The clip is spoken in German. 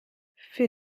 für